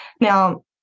now